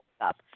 up